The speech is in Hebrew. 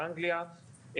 באנגליה,